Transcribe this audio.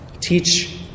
Teach